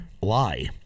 lie